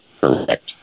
Correct